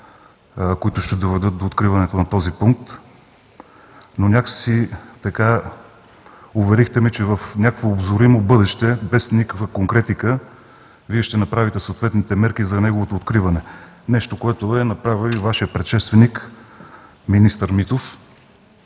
които ще доведат до откриването на този пункт, но някак си така уверихте ме, че в някакво обозримо бъдеще без никаква конкретика Вие ще направите съответните мерки за неговото откриване – нещо, което е направил и Вашият предшественик министър Митов.